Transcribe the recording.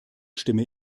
stimme